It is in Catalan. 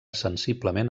sensiblement